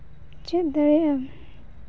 ᱪᱮᱫ ᱫᱟᱲᱮᱭᱟᱜᱼᱟ